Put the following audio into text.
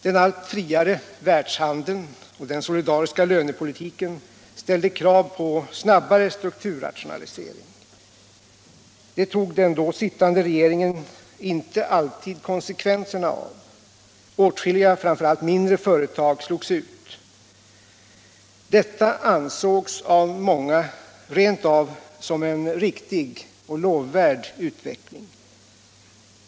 Den allt friare världshandeln och den solidariska lönepolitiken ställde krav på en snabbare strukturrationalisering. Det tog den då sittande regeringen inte alltid konsekvenserna av. Åtskilliga framför allt mindre företag slogs ut. Detta ansågs av många rent av som en riktig och lovvärd utveckling.